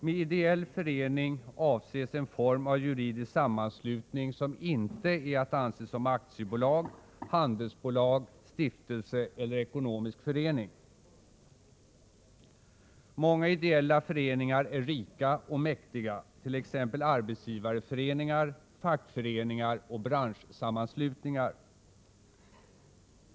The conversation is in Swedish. Med ideell förening avses en form av juridisk sammanslutning, som inte är att anse som aktiebolag, handelsbolag, stiftelse eller ekonomisk förening. Många ideella föreningar är rika och mäktiga, t.ex. arbetsgivarföreningar, fackföreningar och branschsammanslutningar.